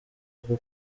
rwo